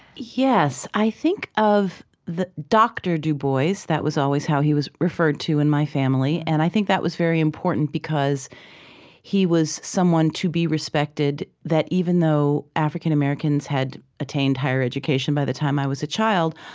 yes, i think of the dr. du bois that was always how he was referred to in my family. and i think that was very important because he was someone to be respected, that even though african americans had attained higher education by the time i was a child,